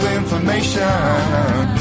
information